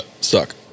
suck